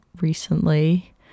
recently